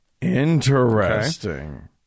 Interesting